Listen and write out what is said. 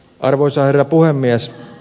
arvoisa herra puhemies